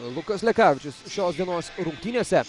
lukas lekavičius šios dienos rungtynėse